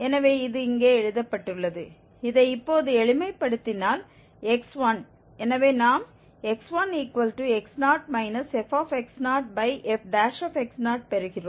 எனவே இது இங்கே எழுதப்பட்டுள்ளது இதை இப்போது எளிமைப்படுத்தினால் x1 எனவே நாம் x1x0 ff பெறுகிறோம்